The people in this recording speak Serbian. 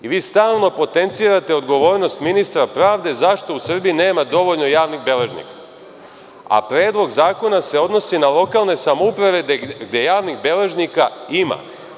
Vi stalno potencirate odgovornost ministra pravde zašto u Srbiji nema dovoljno javnih beležnika, a Predlog zakona se odnosi na lokalne samouprave gde javnih beležnika ima.